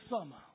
summer